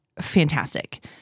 fantastic